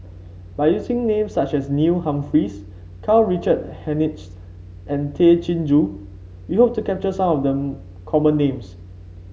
by using names such as Neil Humphreys Karl Richard Hanitsch and Tay Chin Joo we hope to capture some of the common names